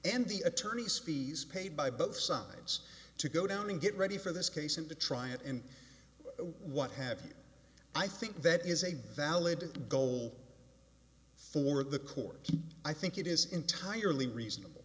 and the attorney's fees paid by both sides to go down and get ready for this case and to try it and what have i think that is a valid goal for the court i think it is entirely reasonable